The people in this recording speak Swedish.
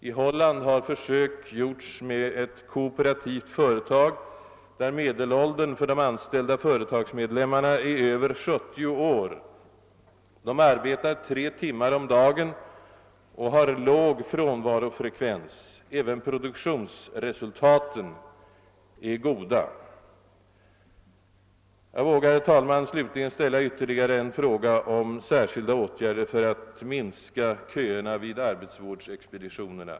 I Holland har försök gjorts med ett kooperativt företag, där medelåldern för de anställda företagsmedlemmarna är över 70 år. De arbetar tre timmar om dagen och har låg frånvarofrekvens. Även produktionsresultaten är goda. Jag vågar, herr talman, slutligen ställa ytterligare en fråga om särskilda åtgärder för att minska köerna vid arbetsvårdsexpeditionerna.